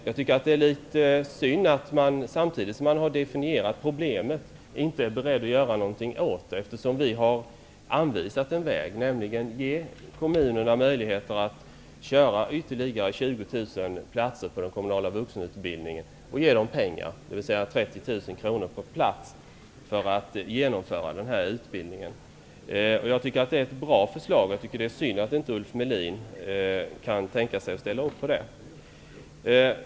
Jag tycker att det är litet synd att man, samtidigt som man har definierat problemet, inte är beredd att göra någonting åt det. Vi har anvisat en väg. Ge kommunerna möjligheter att ordna ytterligare 20 000 platser på den kommunala vuxenutbildningen, och ge dem pengar, dvs. 30 000 Jag tycker att det är ett bra förslag, och det är synd att inte Ulf Melin kan tänka sig att ställa upp på det.